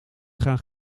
gaan